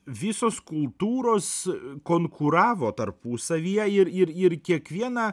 visos kultūros konkuravo tarpusavyje ir ir ir kiekviena